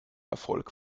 erfolg